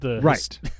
Right